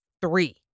three